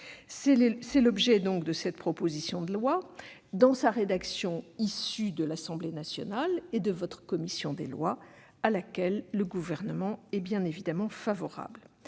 est l'objet de cette proposition de loi, dans la rédaction issue de l'Assemblée nationale et de votre commission des lois, à laquelle le Gouvernement est bien évidemment favorable.